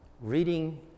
reading